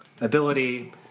ability